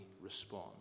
respond